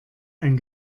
ein